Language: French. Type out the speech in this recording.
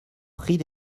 prix